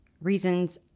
reasons